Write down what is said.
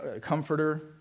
comforter